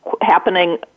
happening